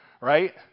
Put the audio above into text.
right